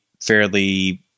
fairly